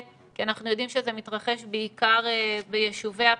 כי אנחנו יודעים שזה מתרחש בעיקר ביישובי הפריפריה.